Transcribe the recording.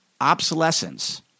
obsolescence